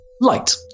Light